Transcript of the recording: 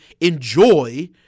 enjoy